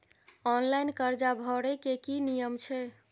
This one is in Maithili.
ऑनलाइन कर्जा भरै के की नियम छै?